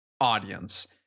audience